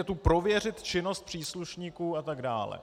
Je tu prověřit činnost příslušníků atd.